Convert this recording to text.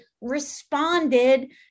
responded